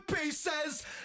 pieces